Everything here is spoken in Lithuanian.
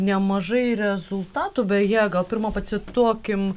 nemažai rezultatų beje gal pirma pacituokim